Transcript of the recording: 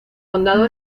condado